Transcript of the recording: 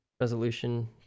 resolution